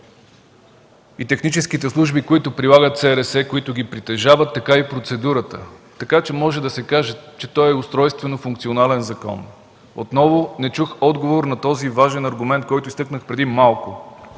и техническите служби, които прилагат СРС, които ги притежават, така и процедурата. Така че може да се каже, че той е устройствено функционален закон. Отново не чух отговор на този важен аргумент, който изтъкнах преди малко: